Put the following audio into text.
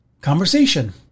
conversation